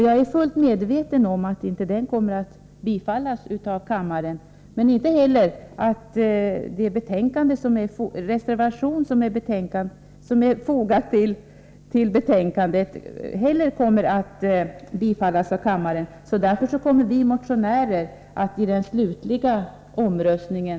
Jag är fullt medveten om att motionen inte kommer att bifallas, inte heller den reservation som är fogad till betänkandet. Därför kommer vi motionärer att avstå vid den slutliga omröstningen.